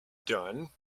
done